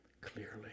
clearly